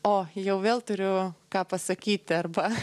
o jau vėl turiu ką pasakyti arba